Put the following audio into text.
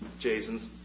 Jason's